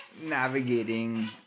navigating